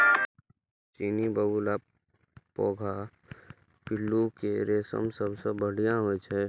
चीनी, बुलू आ पैघ पिल्लू के रेशम सबसं बढ़िया होइ छै